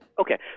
okay